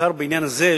ובעיקר בעניין זה,